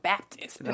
Baptist